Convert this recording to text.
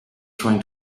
trying